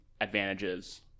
advantages